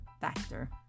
factor